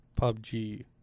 PUBG